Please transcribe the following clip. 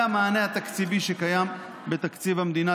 המענה התקציבי שקיים בתקציב המדינה,